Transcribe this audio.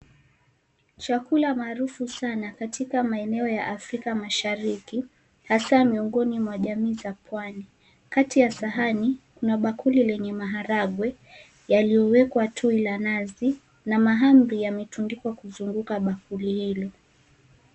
Chakula maarufu sana katika eneo la Afrika Mashariki, hasa miongoni mwa jamii za pwani. Kati ya sahani kuna bakuli lenye maharagwe, yaliyowekwa tui la nazi, na mahamri yametundikwa kuzunguka bakuli hilo.